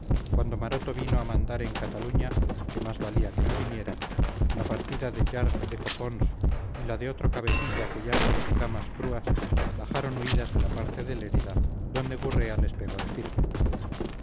cuando maroto vino a mandar en cataluña que más valía que no viniera la partida de llarch de copons y la de otro cabecilla que llaman camas crúas bajaron huidas de la parte de lérida donde gurrea les pegó de firme